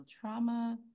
trauma